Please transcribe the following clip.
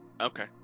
Okay